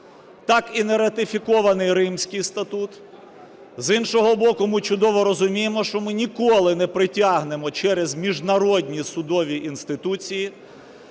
так і не ратифікований Римський статут. З іншого боку, ми чудово розуміємо, що ми ніколи не притягнемо через міжнародні судові інституції